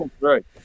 Right